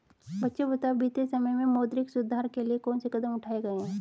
बच्चों बताओ बीते समय में मौद्रिक सुधार के लिए कौन से कदम उठाऐ गए है?